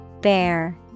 Bear